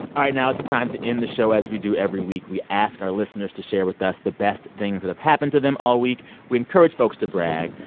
now it's time to end the show as we do every week. we ask our listeners to share with us the best things that have happened to them all week. we encourage folks to brag.